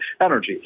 energy